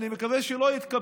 אני מקווה שהוא לא יתקבל,